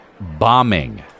Bombing